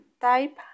type